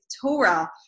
Torah